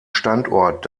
standort